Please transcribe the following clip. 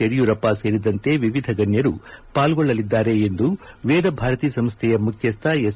ಯಡಿಯೂರಪ್ಪ ಸೇರಿದಂತೆ ವಿವಿಧ ಗಣ್ಯರು ಪಾಲ್ಗೊಳ್ಳಲಿದ್ದಾರೆ ಎಂದು ವೇದಭಾರತಿ ಸಂಸ್ಥೆಯ ಮುಖ್ಯಸ್ಟ ಎಸ್